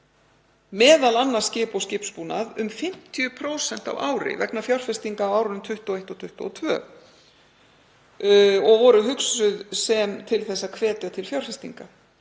m.a. skip og skipsbúnað, um 50% á ári vegna fjárfestinga á árunum 2021 og 2022 og voru hugsuð til að hvetja til fjárfestinga,